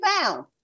found